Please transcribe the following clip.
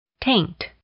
Taint